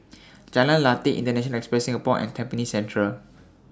Jalan Lateh International Enterprise Singapore and Tampines Central